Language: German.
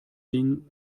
ding